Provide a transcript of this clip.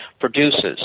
produces